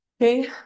Okay